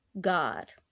God